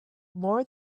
more